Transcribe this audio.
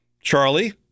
Charlie